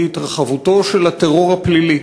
התרחבותו של הטרור הפלילי,